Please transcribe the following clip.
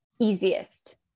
easiest